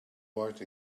white